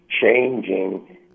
changing